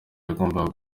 yagombaga